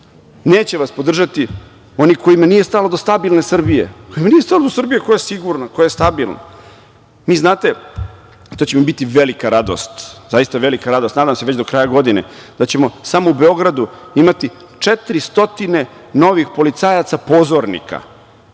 Neće vas podržati oni kojima nije stalo do stabilne Srbije, kojima nije stalo do Srbije koja je sigurna, koja je stabilna. Vi znate, to će mi biti velika radost, zaista velika radost, nadam se već do kraja godine, da ćemo samo u Beogradu imati 400 novih policajaca pozornika,